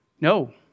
No